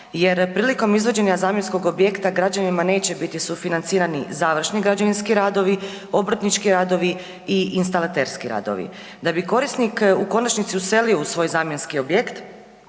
jer prilikom izvođenja zamjenskog objekta, građanima neće biti sufinancirani završni građevinski radovi, obrtnički radovi i instalaterski radovi da bi korisnik u konačnici uselio u svoj zamjenski objekt